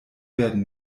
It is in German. werden